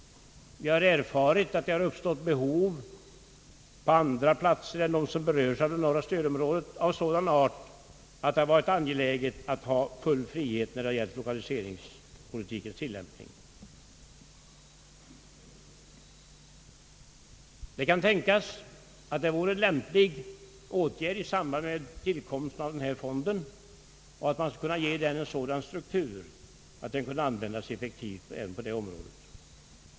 Vi har erfarit att det har uppstått behov på andra platser än dem som berörts av det norra stödområdet av sådan art att det varit angeläget att ha full frihet när det gällt lokaliseringspolitikens tillämpning. Det kan tänkas vara en lämplig åtgärd i samband med tillkomsten av denna fond. Man skulle kunna ge fonden en sådan struktur att den skulle kunna användas effektivt även i detta avseende.